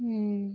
ہوں